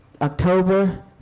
October